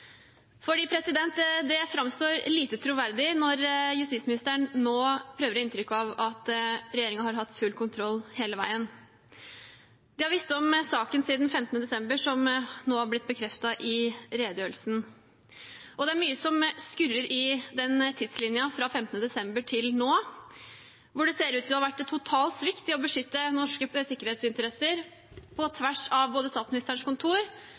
Det framstår lite troverdig når justisministeren nå prøver å gi inntrykk av at regjeringen har hatt full kontroll hele veien. De har visst om saken siden 15. desember, som det nå har blitt bekreftet i redegjørelsen. Og det er mye som skurrer i den tidslinjen fra 15. desember til nå, hvor det ser ut til å ha vært total svikt i å beskytte norske sikkerhetsinteresser på tvers av både Statsministerens kontor,